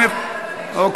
ועדה למעמד האישה.